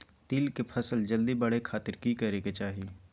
तिल के फसल जल्दी बड़े खातिर की करे के चाही?